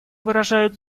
выражают